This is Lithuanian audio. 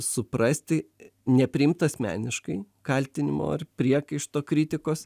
suprasti nepriimt asmeniškai kaltinimo ar priekaišto kritikos